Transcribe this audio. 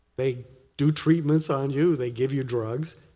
they do treatments on you. they give you drugs.